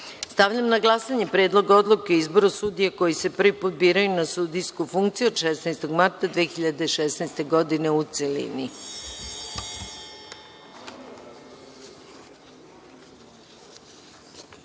odluke. Stavljam na glasanje Predlog odluke o izboru sudija koji se prvi put biraju na sudijsku funkciju, od 16. marta 2016. godine, u celini. Molim